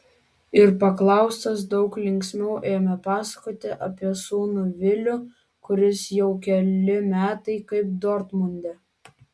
ir paklaustas daug linksmiau ėmė pasakoti apie sūnų vilių kuris jau keli metai kaip dortmunde